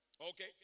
Okay